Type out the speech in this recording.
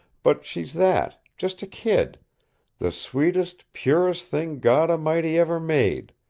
but she's that just a kid the sweetest, purest thing god a'mighty ever made,